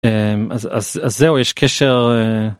אז אז זהו יש קשר.